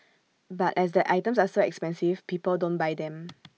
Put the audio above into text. but as the items are so expensive people don't buy them